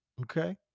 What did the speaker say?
okay